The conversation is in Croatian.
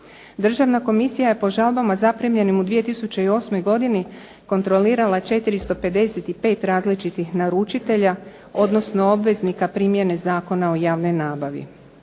Državna komisija je po žalbama zaprimljenim u 2008. godini kontrolirala 455 različitih naručitelja, odnosno obveznika primjene Zakona o javnoj nabavi.